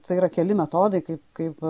tai yra keli metodai kaip kaip